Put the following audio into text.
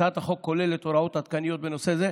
הצעת החוק כוללת הוראות עדכניות בנושא זה,